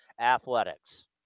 Athletics